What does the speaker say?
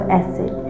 acid